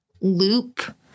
loop